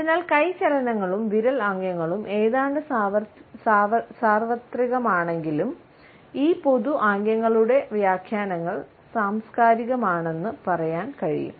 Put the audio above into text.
അതിനാൽ കൈ ചലനങ്ങളും വിരൽ ആംഗ്യങ്ങളും ഏതാണ്ട് സാർവത്രികമാണെങ്കിലും ഈ പൊതു ആംഗ്യങ്ങളുടെ വ്യാഖ്യാനങ്ങൾ സാംസ്കാരികമാണെന്ന് പറയാൻ കഴിയും